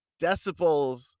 decibels